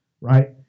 right